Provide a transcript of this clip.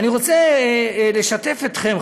ואני רוצה לשתף אתכם,